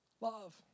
love